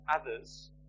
others